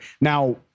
Now